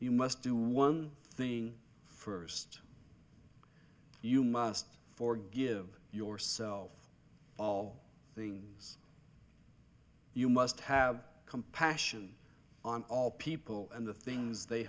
you must do one thing for most you must forgive yourself all things you must have compassion on all people and the things they